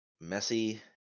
messy